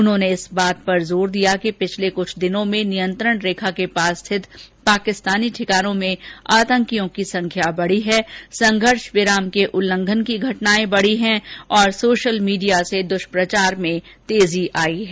उन्होंने इस बात पर जोर दिया कि पिछले कुछ दिनों में नियंत्रण रेखा के पास रिथत पाकिस्तानी ठिकानों में आतंकियों की संख्या बढ़ी है संघर्षविराम के उल्लंघन की घटनाएं बढ़ी हैं और सोशल मीडिया से दुष्प्रचार में तेजी आई है